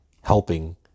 helping